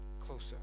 closer